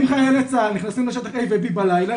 אם חיילי צבא ההגנה לישראל נכנסים לשטח A ו- B בלילה,